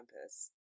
campus